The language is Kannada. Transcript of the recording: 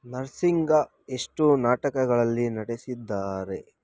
ನರ್ಸಿಂಗ್ ಎಷ್ಟು ನಾಟಕಗಳಲ್ಲಿ ನಟಿಸಿದ್ದಾರೆ